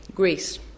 Greece